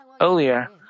Earlier